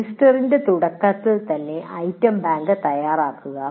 സെമസ്റ്ററിന്റെ തുടക്കത്തിൽ തന്നെ ഐറ്റംബാങ്ക് തയ്യാറാക്കുക